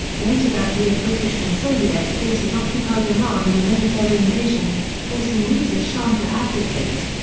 later that year british and soviet forces occupied iran in a military invasion, forcing reza shah to abdicate.